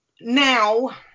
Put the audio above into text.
now